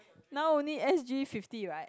now only S_G fifty right